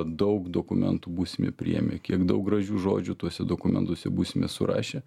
daug dokumentų būsime priėmę kiek daug gražių žodžių tuose dokumentuose būsime surašę